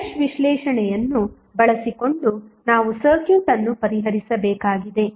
mesh ವಿಶ್ಲೇಷಣೆಯನ್ನು ಬಳಸಿಕೊಂಡು ನಾವು ಸರ್ಕ್ಯೂಟ್ ಅನ್ನು ಪರಿಹರಿಸಬೇಕಾಗಿದೆ